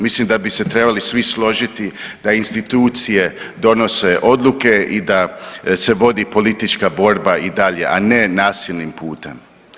Mislim da bi se trebali svi složiti da institucije donose odluke i da se vodi politička borba i dalje, a ne nasilnim putem.